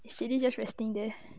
is jelly just resting there